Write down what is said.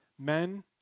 Men